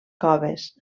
coves